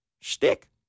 shtick